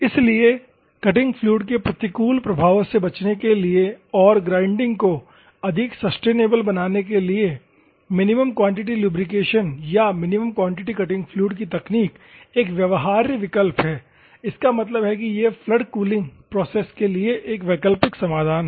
इसलिए cutting fluid के प्रतिकूल प्रभावों से बचने के लिए और ग्रीडिंग को अधिक सस्टेनेबल बनाने के लिए मिनिमम क्वांटिटी लुब्रिकेशन या मिनिमम क्वांटिटी कटिंग फ्लूइड की तकनीक एक व्यवहार्य विकल्प है इसका मतलब है कि यह फ्लड कूलिंग प्रोसेस के लिए एक वैकल्पिक समाधान है